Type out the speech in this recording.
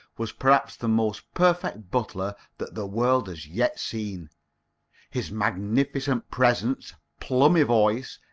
was perhaps the most perfect butler that the world has yet seen his magnificent presence, plummy voice,